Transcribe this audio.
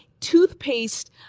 toothpaste